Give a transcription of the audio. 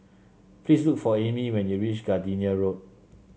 please look for Aimee when you reach Gardenia Road